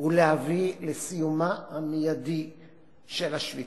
ולהביא לסיומה המיידי של השביתה.